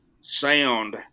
sound